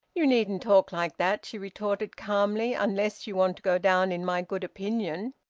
you needn't talk like that, she retorted calmly, unless you want to go down in my good opinion.